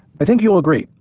i think you will agree.